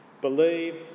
Believe